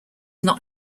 not